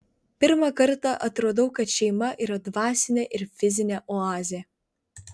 pirmą kartą atradau kad šeima yra dvasinė ir fizinė oazė